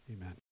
Amen